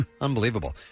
Unbelievable